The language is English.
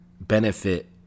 benefit